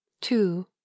Two